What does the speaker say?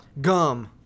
Gum